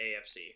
AFC